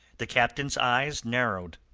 the captain's eyes narrowed.